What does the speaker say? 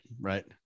right